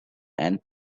and